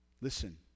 Listen